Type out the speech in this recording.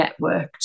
networked